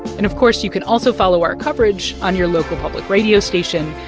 and, of course, you can also follow our coverage on your local public radio station,